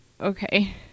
okay